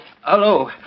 Hello